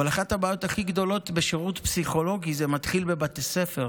אבל אחת הבעיות הכי גדולות בשירות פסיכולוגי מתחילה בבתי ספר